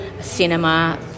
cinema